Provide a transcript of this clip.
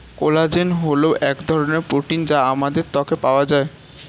collagen হল এক ধরনের প্রোটিন যা আমাদের ত্বকে পাওয়া যায়